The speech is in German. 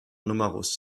numerus